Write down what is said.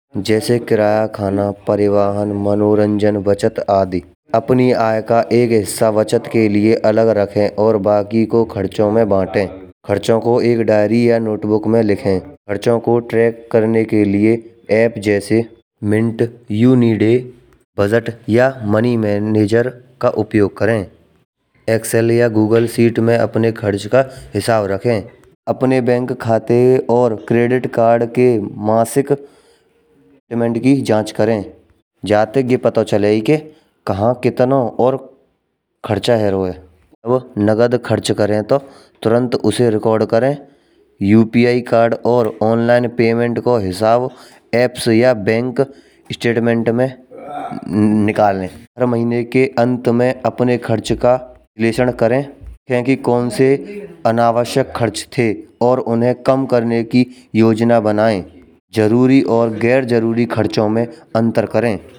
जैसे किरायाखाना, परिवाहन, मनोरंजन बचत आदि। अपनी आय का एक हिस्सा बचत के लिए अलग एक रखे और बाकी को खर्चों में बांटे। खर्चों को एक डॉइरी या नोटबुक में लिखें। खर्चों को ट्रैक करने के लिए ऐप जैसे मिंट, यूनिडे, बजट या मनी मैनेजर का उपयोग करें। एक्सेल या गूगल शीट में अपने खर्च का हिसाब रखें। अपने बैंक खाते और क्रेडिट कार्ड के मासिक पेमेंट की जाँच करें जाते ही पता चलेगी कि कहाँ कितना और खर्चा हो रहा है। नगद खर्च करें तो तुरंत उसे रिकॉर्ड करें। यूपीआई कार्ड या ऑनलाइन पेमेंट को हिसाब ऐप से या बैंक स्टेटमेंट में निकाल लें। हर महीने के अंत में अपने खर्च का विश्लेषण करें यह है कि कौन से अनावश्यक खर्च थे और उन्हें कम करने की योजना बनाएँ आवश्यक और गैरजरूरी खर्चों में अंतर करें।